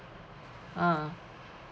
ah